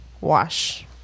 wash